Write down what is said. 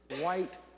white